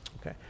okay